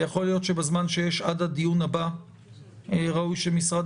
יכול להיות שבזמן שיש עד הדיון הבא ראוי שמשרד